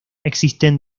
existen